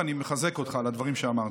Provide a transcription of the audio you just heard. ואני מחזק אותך על הדברים שאמרת.